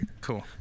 Cool